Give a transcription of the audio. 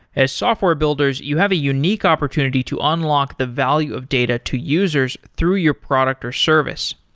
as software builders, you have a unique opportunity to unlock the value of data to users through your product or service.